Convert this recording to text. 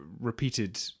repeated